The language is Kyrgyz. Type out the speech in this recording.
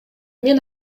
мен